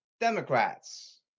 Democrats